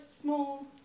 small